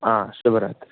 आ शुभरात्रिः